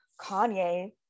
Kanye